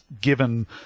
given